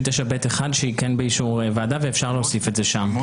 159ב1 שהיא כן באישור ועדה ואפשר להוסיף את זה שם.